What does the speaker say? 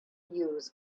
use